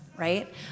Right